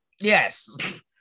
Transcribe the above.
Yes